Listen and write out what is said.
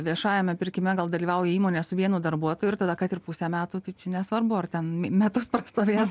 viešajame pirkime gal dalyvauja įmonės su vienu darbuotoju ir tada kad ir pusę metų tai nesvarbu ar ten metus prastovės